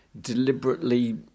deliberately